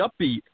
upbeat